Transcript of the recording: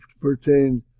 pertain